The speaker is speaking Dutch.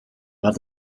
maar